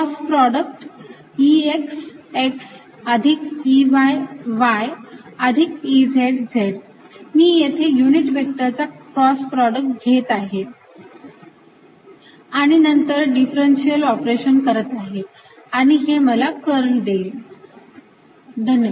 cross product ExX अधिक EyY अधिक EzZ मी येथे युनिट व्हेक्टरचा क्रॉस प्रॉडक्ट घेत आहे आणि नंतर डिफरंशिअल ऑपेरेशन करत आहे आणि हे मला कर्ल देईल